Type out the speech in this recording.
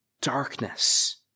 darkness